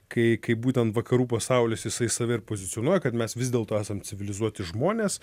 kai kai būtent vakarų pasaulis jisai save ir pozicionuoja kad mes vis dėlto esam civilizuoti žmonės